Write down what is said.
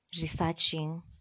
Researching